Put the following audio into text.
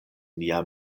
nia